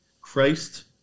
christ